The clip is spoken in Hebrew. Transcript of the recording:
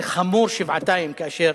זה חמור שבעתיים כאשר